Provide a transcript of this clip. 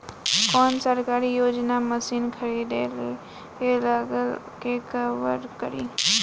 कौन सरकारी योजना मशीन खरीदले के लागत के कवर करीं?